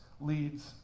leads